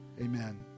Amen